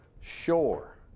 sure